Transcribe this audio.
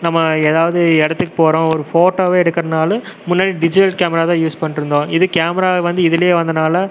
நம்ம எதாவது இடத்துக்கு போகிறோம் ஒரு போட்டோ எடுக்கிறனாலும் முன்னாடி டிஜிட்டல் கேமரா தான் யூஸ் பண்ணிகிட்ருந்தோம் இது கேமரா வந்து இதுலேயே வந்ததினால